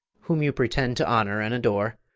whom you pretend to honour and adore,